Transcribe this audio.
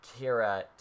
Kira